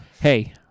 Hey